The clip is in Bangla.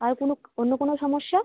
আর কোনো অন্য কোনো সমস্যা